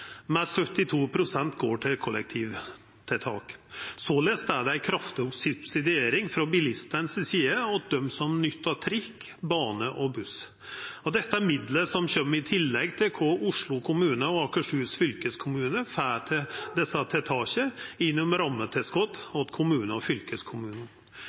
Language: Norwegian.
72 pst. går til kollektivtiltak. Såleis er det ei kraftig subsidiering frå bilistane si side av dei som nyttar trikk, bane og buss. Dette er midlar som kjem i tillegg til kva Oslo kommune og Akershus fylkeskommune får til desse tiltaka gjennom rammetilskot